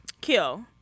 kill